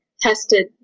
tested